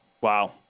Wow